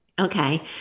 Okay